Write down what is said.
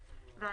N3 ו-O,